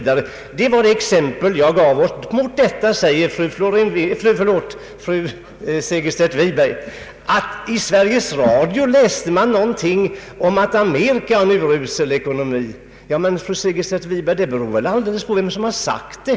Det var det exempel jag gav. Mot det anför fru Segerstedt Wiberg att man i Sveriges Radio läst någonting om att Amerika har urusel ekonomi. Men, fru Segerstedt Wiberg, värdet hos detta uttalande beror alldeles på vem som har giort det.